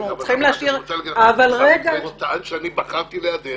אנחנו צריכים להשאיר --- הוא טען שבחרתי להיעדר.